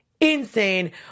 insane